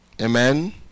amen